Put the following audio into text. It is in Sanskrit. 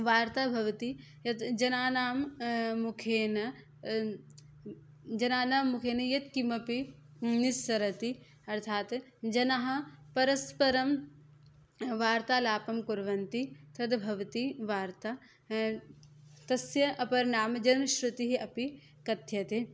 वार्ता भवति यत् जनानां मुखेन जनानां मुखेन यत् किमपि निस्सरति अर्थात् जनाः परस्परं वार्तालापं कुर्वन्ति तद्भवति वार्ता तस्य अपरं नाम जनश्रुतिः अपि कथ्यते